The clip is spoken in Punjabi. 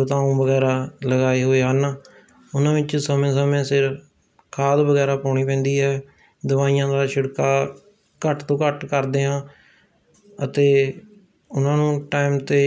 ਬਤਾਉਂ ਵਗੈਰਾ ਲਗਾਏ ਹੋਏ ਹਨ ਉਹਨਾਂ ਵਿੱਚ ਸਮੇਂ ਸਮੇਂ ਸਿਰ ਖਾਦ ਵਗੈਰਾ ਪਾਉਣੀ ਪੈਂਦੀ ਹੈ ਦਵਾਈਆਂ ਦਾ ਛਿੜਕਾਅ ਘੱਟ ਤੋਂ ਘੱਟ ਕਰਦੇ ਹਾਂ ਅਤੇ ਉਹਨਾਂ ਨੂੰ ਟਾਈਮ 'ਤੇ